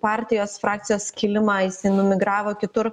partijos frakcijos skilimą jisai numigravo kitur